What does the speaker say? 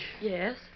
Yes